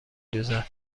دوزد